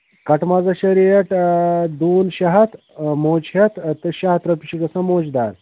کَٹہٕ مازَس چھےٚ ریٹ دوٗن شیٚے ہَتھ موچہٕ ہٮ۪تھ تہٕ شیٚے ہَتھ رۄپیہِ چھُ گژھان مۄچہٕ دار